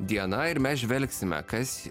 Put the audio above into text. diena ir mes žvelgsime kas